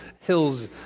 hills